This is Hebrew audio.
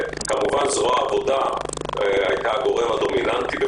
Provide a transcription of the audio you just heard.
כמובן זרוע העבודה הייתה הגורם הדומיננטי,